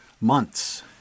months